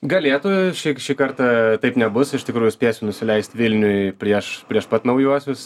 galėtų šį k šį kartą taip nebus iš tikrųjų spėsiu nusileist vilniuj prieš prieš pat naujuosius